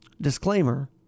disclaimer